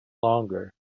longer